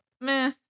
Meh